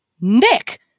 Nick